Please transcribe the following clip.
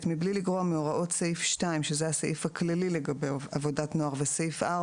(ב)מבלי לגרוע מהוראות סעיף 2 וסעיף 4